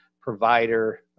provider